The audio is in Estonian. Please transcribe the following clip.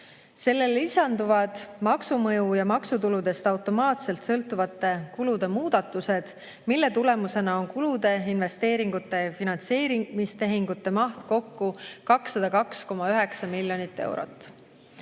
Sellele lisanduvad maksumõju ja maksutuludest automaatselt sõltuvate kulude muudatused, mille tulemusena on kulude, investeeringute ja finantseerimistehingute maht kokku 802,9 miljonit eurot.